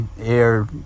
air